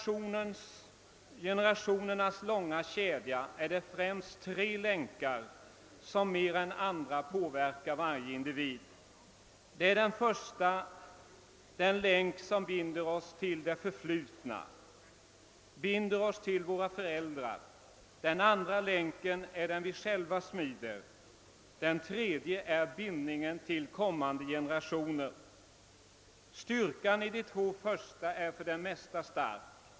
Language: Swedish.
I generationernas långa kedja är det främst tre länkar som mer än andra påverkar varje individ. Den första är den länk som binder oss till det förflutna, som binder oss till våra föräldrar. Den andra länken är den vi själva smider. Den tredje är bindningen till kommande generationer. Styrkan i de två första är för det mesta stor.